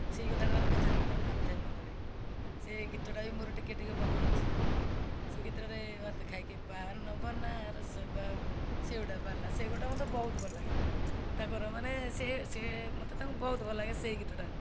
ସେଇ କଥା ଟା ତାଙ୍କୁ ମୁଁ ପଚାରିବି ବୋଲି ଭାବିଥାଏ ମନରେ ସେ ଗୀତଟା ବି ମୋର ଟିକେ ଟିକେ ମାନେ ଅଛି ସେ ଗୀତରେ ଖାଇକେ ପାନ ବନାରସ ବା ସେଇ ଗୋଟାକ ବାଲା ସେଇ ଗୋଟାକ ମତେ ବହୁତ ଭଲ ଲାଗେ ତାଙ୍କର ମାନେ ସେ ସେ ମତେ ତାଙ୍କୁ ବହୁତ ଭଲ ଲାଗେ ସେଇ ଗୀତ ଟାରେ